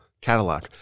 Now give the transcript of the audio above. catalog